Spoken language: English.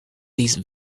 these